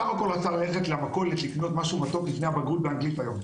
בסך הכול רצה ללכת למכולת לקנות משהו מתוק לפני הבגרות באנגלית היום.